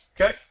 Okay